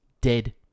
dead